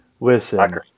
Listen